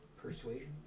Persuasion